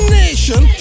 nation